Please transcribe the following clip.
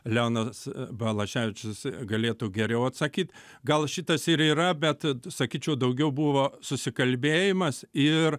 leonas balaševičius galėtų geriau atsakyt gal šitas ir yra bet sakyčiau daugiau buvo susikalbėjimas ir